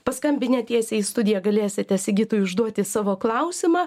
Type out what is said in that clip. paskambinę tiesiai į studiją galėsite sigitui užduoti savo klausimą